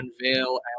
unveil